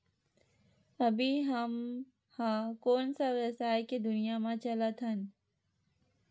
अभी हम ह कोन सा व्यवसाय के दुनिया म चलत हन?